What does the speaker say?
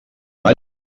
maig